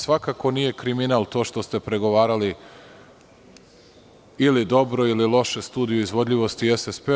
Svakako nije kriminal to što ste pregovarali ili dobro, ili loše studiju izvodljivosti, SSP.